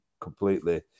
completely